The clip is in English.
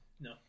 No